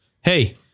hey